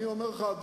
כזה ספר.